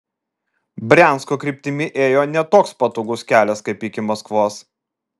briansko kryptimi ėjo ne toks patogus kelias kaip iki maskvos